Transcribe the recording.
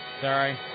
sorry